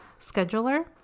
scheduler